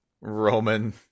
Roman